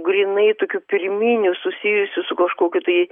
grynai tokių pirminių susijusių su kažkokiu tai